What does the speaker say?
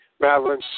Madeline